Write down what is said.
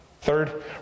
third